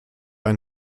ein